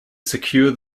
secure